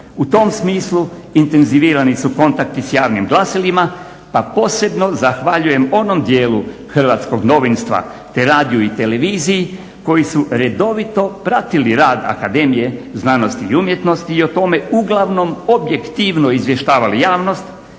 u tom smislu intenzivirani su kontakti s javnim glasilima pa posebno zahvaljujem onom dijelu hrvatskog novinstva te radiju i televiziji koji su redovito pratili rad Akademije znanosti i umjetnosti i o tome uglavnom objektivno izvještavali javnost.